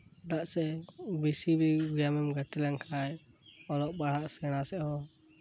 ᱪᱮᱫᱟᱜ ᱥᱮ ᱵᱮᱥᱤ ᱜᱤ ᱜᱮᱢᱮᱢ ᱜᱟᱛᱮ ᱞᱮᱱᱠᱷᱟᱱ ᱚᱞᱚᱜ ᱯᱟᱲᱦᱟᱜ ᱥᱮᱬᱟ ᱥᱮᱫ ᱦᱚ